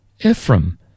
Ephraim